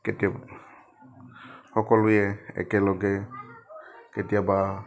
কেতিয়াবা সকলোৱে একেলগে কেতিয়াবা